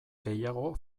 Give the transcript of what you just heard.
gehiago